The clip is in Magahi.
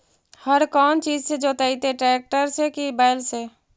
हर कौन चीज से जोतइयै टरेकटर से कि बैल से?